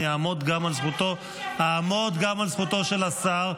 אני אעמוד גם על זכותו של השר.